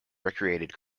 recreated